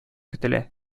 көтелә